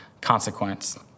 consequence